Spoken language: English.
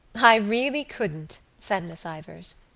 i really couldn't, said miss ivors.